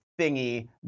thingy